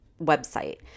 website